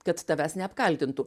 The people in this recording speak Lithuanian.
kad tavęs neapkaltintų